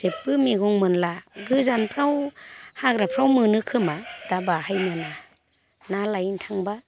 जेबो मैगं मोनला गोजानफ्राव हाग्राफ्राव मोनो खोमा दा बाहाय मोना ना लायनो थांब्ला